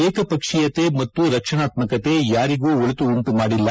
ಏಕಪಕ್ಷೀಯತೆ ಮತ್ತು ರಕ್ಷಣಾತ್ಮಕತೆ ಮಾರಿಗೂ ಒಳತು ಉಂಟುಮಾಡಿಲ್ಲ